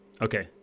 Okay